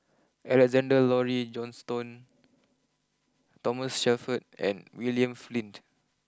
Alexander Laurie Johnston Thomas Shelford and William Flint